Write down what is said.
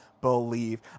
believe